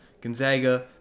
Gonzaga